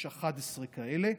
יש 11 כאלה,